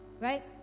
right